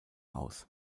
aus